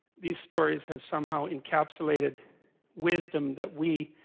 these stories have somehow encapsulated wisdom that we?